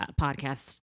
podcast